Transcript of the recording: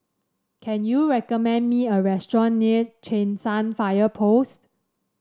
can you recommend me a restaurant near Cheng San Fire Post